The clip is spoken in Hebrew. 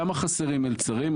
ולמה חסרים מלצרים?